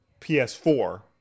PS4